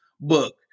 book